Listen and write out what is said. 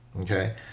okay